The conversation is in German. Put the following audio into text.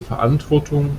verantwortung